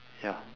ya